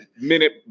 minute